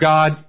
God